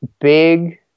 Big